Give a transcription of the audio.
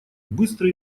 быстро